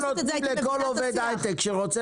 אם היו נותנים לכל עובד הייטק שרוצה